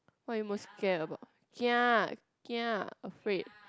what are you most kia about kia kia afraid